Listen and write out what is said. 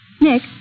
Nick